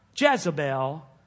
Jezebel